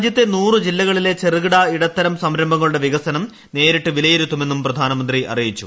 രാജ്യത്തെ നൂറ് ജില്ലകളിലെ ചെറുകിട ഇടത്തരം സംരംഭങ്ങളുടെ വികസനം നേരിട്ട് വിലയിരുത്തുമെന്നും പ്രധാനമന്ത്രി അറിയിച്ചു